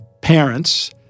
parents